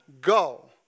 go